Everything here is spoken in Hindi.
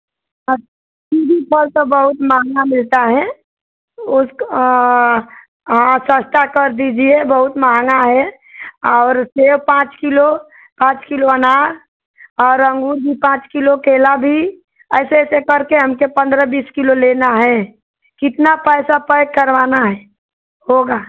कीवी फल तो बहुत महँगा मिलता है उसको हाँ सस्ता कर दीजिए बहुत महँगा है और सेब पाँच किलो पाँच किलो अनार और अंगूर भी पाँच किलो केला भी ऐसे ऐसे करके हमके पन्द्रह बीस किलो लेना है कितना पैसा पैक करवाना है होगा